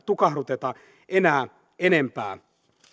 tukahduteta enää yhtään enempää